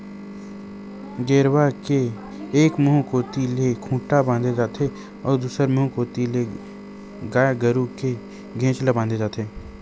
गेरवा के एक मुहूँ कोती ले खूंटा म बांधे जाथे अउ दूसर मुहूँ कोती ले गाय गरु के घेंच म बांधे जाथे